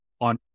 on